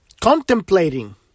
contemplating